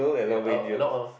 a a lot of